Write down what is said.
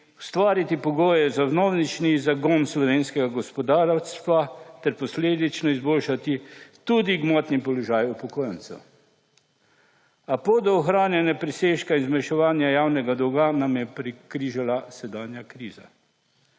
ustvariti pogoje za vnovični zagon slovenskega gospodarstva ter posledično izboljšati tudi gmotni položaj upokojencev. A pot do ohranjanja presežka in zmanjševanja javnega dolga nam je prekrižala sedanja kriza.